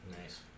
Nice